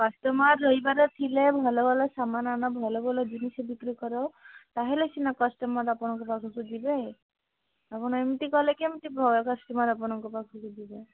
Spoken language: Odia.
କଷ୍ଟମର୍ ରହିବାର ଥିଲେ ଭଲଭଲ ସାମାନ ଆଣ ଭଲଭଲ ଜିନିଷ ବିକ୍ରିକର ତାହେଲେ ସିନା କଷ୍ଟମର୍ ଆପଣଙ୍କ ପାଖକୁ ଯିବେ ଆପଣ ଏମିତି କଲେ କେମିତ କଷ୍ଟମର୍ ଆପଣଙ୍କ ପାଖକୁ ଯିବେ